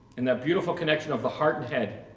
and that beautiful connection of the heart and head